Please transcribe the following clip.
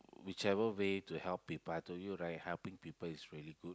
whichever way to help people I told you right helping people is really good